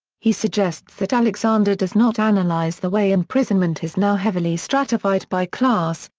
he suggests that alexander does not analyze the way imprisonment is now heavily stratified by class,